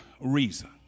reason